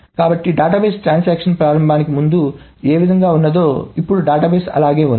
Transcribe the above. కాబట్టిడేటాబేస్ transaction ప్రారంభానికి ముందుఏ విధముగా ఉన్నదో ఇప్పుడు డేటాబేస్ అలానే ఉంది